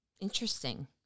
Interesting